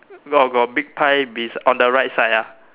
got got big pie bes~ on the right side ah